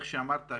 כמו שאמרת,